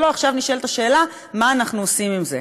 עכשיו נשאלת השאלה מה אנחנו עושים עם זה: